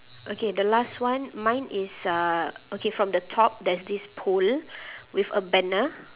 okay the last one mine is a okay from the top there's this pole with a banner